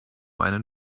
einen